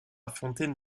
fontaine